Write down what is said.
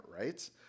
right